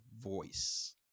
voice